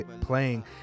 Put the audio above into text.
playing